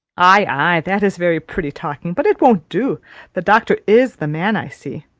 aye, aye, that is very pretty talking but it won't do the doctor is the man, i see.